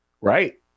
Right